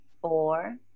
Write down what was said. four